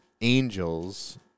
angels